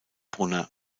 brunner